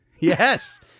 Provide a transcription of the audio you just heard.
Yes